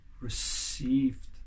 received